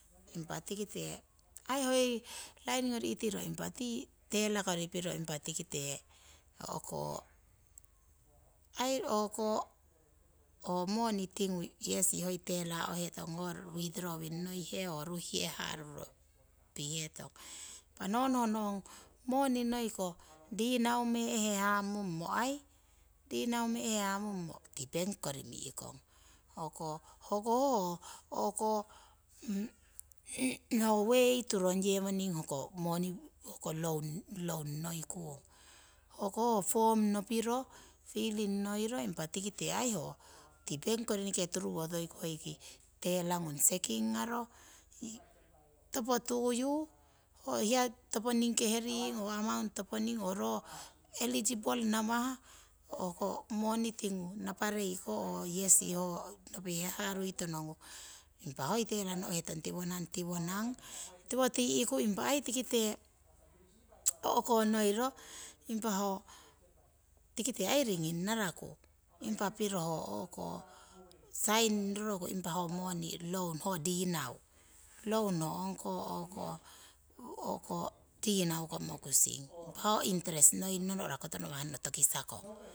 Impa tikite aii hoi line ngori itiro impa tii teller kori piro impa tikite o'ko aii o'ko ho moni tingu yesi hoi teller o'hetong ho witdrowing noihe oo ruhihe haruro pihetong. Impa no nohno ong moni noi ko dinau mee'he hamummo aii, dinau mee'he hamummo tii bank kori mi'kong. Hoko hoho o'ko ho way turong yewoning hoko moni hoko loan noikung. Hoko ho form nopiro filling noiro impa tikite aii ho tii bank kori turuwoku hoiki teller ngung eneke sekingaro, topo tuyu ho hiya toponing kehuring oo amount toponing oo ro eligible ngawah hoko moni tingu naparei ho yesi ho nopihe haruitonongu. Impa hoi teller no'hetong tiwonang, tiwonang, tiwo tii'ku, impa aii tikite o'konoiro impa tikite aii ringin ngaraku impa piro ho o'ko sign roroku impa ho moni, loan ho dinau. Loan ho ongkoh dinau ko mokusing, impa ho interest noying no no'ra kotongawah no tokisakong